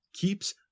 keeps